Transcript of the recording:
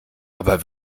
aber